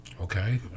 okay